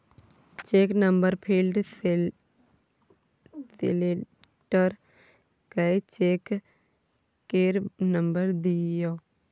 cheque number field select कए check केर number दियौ